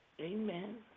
Amen